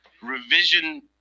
revision